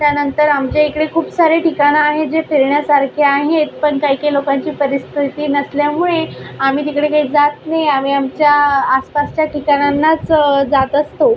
त्यानंतर आमच्या इकडे खूप सारे ठिकाणं आहेत जे फिरण्यासारखे आहेत पण काही काही लोकांची परिस्थिती नसल्यामुळे आम्ही तिकडे काही जात नाही आम्ही आमच्या आसपासच्या ठिकाणांनाच जात असतो